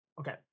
okay